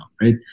right